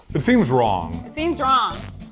it seems wrong. it seems wrong.